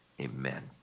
Amen